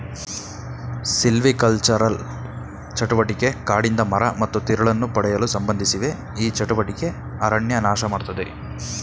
silvicultural ಚಟುವಟಿಕೆ ಕಾಡಿಂದ ಮರ ಮತ್ತು ತಿರುಳನ್ನು ಪಡೆಯಲು ಸಂಬಂಧಿಸಿವೆ ಈ ಚಟುವಟಿಕೆ ಅರಣ್ಯ ನಾಶಮಾಡ್ತದೆ